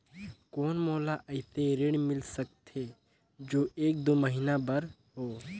कौन मोला अइसे ऋण मिल सकथे जो एक दो महीना बर हो?